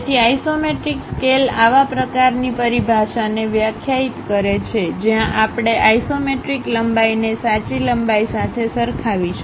તેથી isometric scale આવા પ્રકારની પરિભાષાને વ્યાખ્યાયિત કરે છે જ્યાં આપણે આઇસોમેટ્રિક લંબાઈને સાચી લંબાઈ સાથે સરખાવીશું